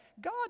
God